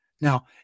now